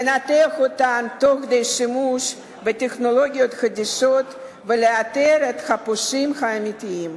לנתח אותן תוך כדי שימוש בטכנולוגיות חדישות ולאתר את הפושעים האמיתיים.